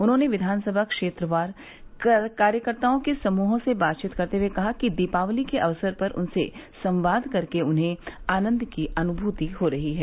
उन्होंने विधानसभा क्षेत्र वार कार्यकर्ताओं के समूहों से बातचीत करते हुए कहा कि दीपावली के अवसर पर उनसे संवाद करके उन्हें आनंद की अनुभूति हो रही है